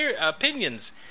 opinions